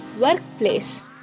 workplace